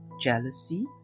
jealousy